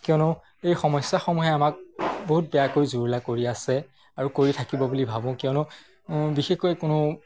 কিয়নো এই সমস্যাসমূহে আমাক বহুত বেয়াকৈ জুৰুলা কৰি আছে আৰু কৰি থাকিব বুলি ভাবোঁ কিয়নো বিশেষকৈ কোনো